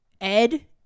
Ed